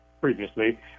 Previously